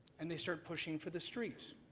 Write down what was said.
and they start pushing for the streets.